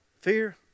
Fear